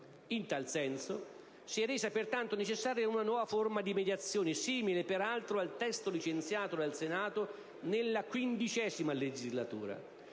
In tal senso, si è resa pertanto necessaria una nuova forma di mediazione, simile peraltro al testo licenziato dal Senato nella XV legislatura;